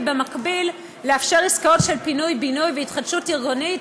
ובמקביל לאפשר עסקאות של פינוי-בינוי והתחדשות עירונית,